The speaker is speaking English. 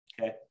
okay